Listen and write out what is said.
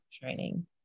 training